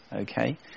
okay